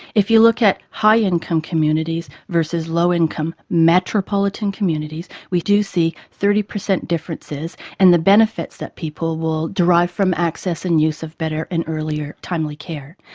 if you look at high income communities versus low income metropolitan communities we do see thirty percent differences and the benefits that people will derive from access and use of better and earlier timely care.